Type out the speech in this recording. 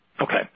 Okay